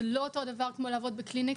זה לא אותו דבר כמו לעבוד בקליניקה.